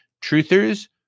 Truthers